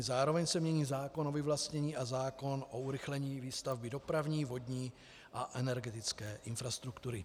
Zároveň se mění zákon o vyvlastnění a zákon o urychlení výstavby dopravní, vodní a energetické infrastruktury.